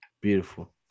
Beautiful